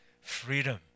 freedom